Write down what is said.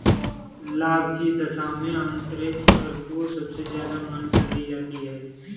लाभ की दशा में आन्तरिक दर को सबसे ज्यादा मान्यता दी जाती है